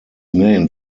named